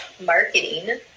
marketing